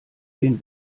den